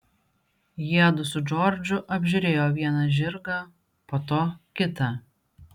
jiedu su džordžu apžiūrėjo vieną žirgą po to kitą